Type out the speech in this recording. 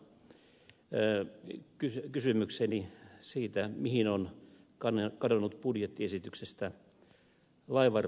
ministeri katainen väisti loppupuheenvuorossaan kysymykseni siitä mihin on kadonnut budjettiesityksestä laivanrakennuksen innovaatiotuki